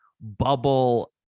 bubble